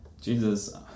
jesus